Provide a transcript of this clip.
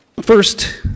First